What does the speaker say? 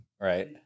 Right